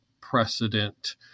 precedent